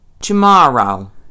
Tomorrow